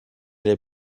les